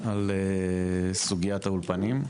על סוגיית האולפנים.